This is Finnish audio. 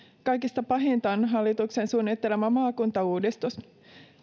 kaikista pahinta on hallituksen suunnittelema maakuntauudistus